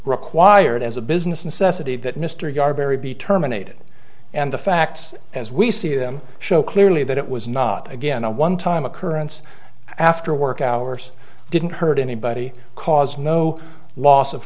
required as a business incessantly that mr yar barry be terminated and the facts as we see them show clearly that it was not again a one time occurrence after work hours didn't hurt anybody cause no loss of